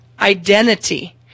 identity